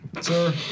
sir